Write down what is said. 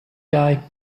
guy